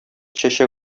чәчәк